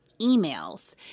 emails